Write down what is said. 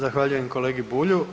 Zahvaljujem kolegi Bulju.